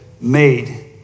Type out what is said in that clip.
made